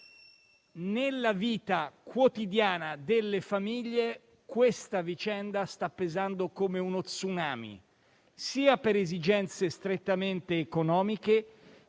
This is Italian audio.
Nella vita quotidiana delle famiglie questa vicenda sta pesando come uno *tsunami*, sia per esigenze strettamente economiche